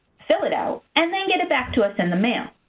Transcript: fill it out and then get it back to us in the mail.